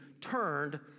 turned